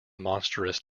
monstrous